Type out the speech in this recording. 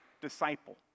disciple